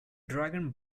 dragon